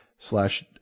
slash